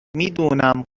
میدونم